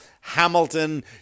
Hamilton